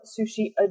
sushi